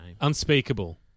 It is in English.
Unspeakable